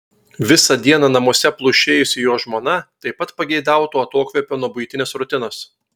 visą dieną namuose plušėjusi jo žmona taip pat pageidautų atokvėpio nuo buitinės rutinos